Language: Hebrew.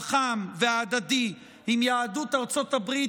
החם וההדדי עם יהדות ארצות הברית,